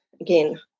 again